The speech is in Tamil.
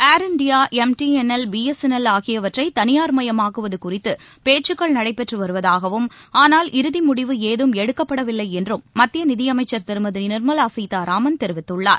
ஏர் இந்தியா எம்டிஎன்எல் பிஎஸ்என்எல் ஆகியவற்றை தனியார்மயமாக்குவது குறித்து பேச்சுக்கள் நடைபெற்று வருவதாகவும் ஆனால் இறுதி முடிவு ஏதும் எடுக்கப்படவில்லை என்றும் மத்திய நிதியமைச்சர் திருமதி நிர்மலா சீதாராமன் தெரிவித்துள்ளார்